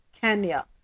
Kenya